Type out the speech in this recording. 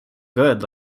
good